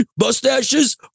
mustaches